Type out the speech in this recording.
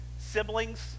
Siblings